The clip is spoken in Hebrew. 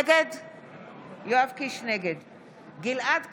נגד גלעד קריב,